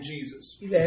Jesus